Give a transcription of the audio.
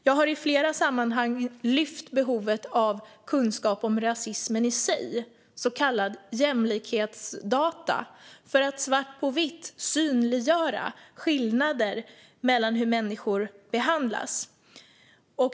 Jag har i flera sammanhang lyft fram behovet av kunskap om rasismen i sig och så kallade jämlikhetsdata för att svart på vitt synliggöra skillnader i hur människor behandlas.